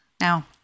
now